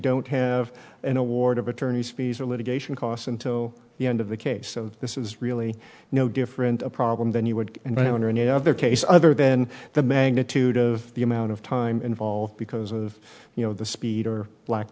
don't have an award of attorney's fees or litigation costs until the end of the case so this is really no different a problem than you would and i don't know any other case other than the magnitude of the amount of time involved because of you know the speed or lack